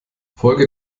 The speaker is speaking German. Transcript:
folge